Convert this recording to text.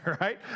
right